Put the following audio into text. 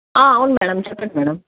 అవును మేడం చెప్పండి మేడం